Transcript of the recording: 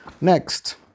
Next